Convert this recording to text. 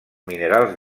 minerals